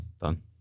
done